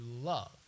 love